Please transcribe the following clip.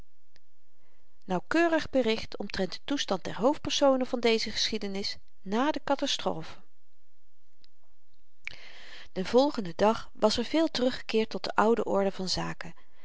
nauwkeurig bericht omtrent den toestand der hoofdpersonen van deze geschiedenis na de katastrofe den volgenden dag was er veel teruggekeerd tot de oude orde van zaken